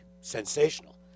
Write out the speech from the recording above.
sensational